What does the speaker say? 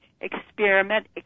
experiment